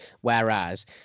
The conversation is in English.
Whereas